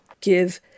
Give